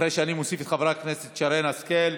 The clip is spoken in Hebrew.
אחרי שאני מוסיף את חברת הכנסת שרן השכל.